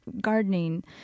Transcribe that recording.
gardening